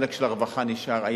החלק של הרווחה נשאר,